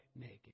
naked